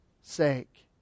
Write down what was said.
sake